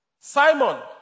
Simon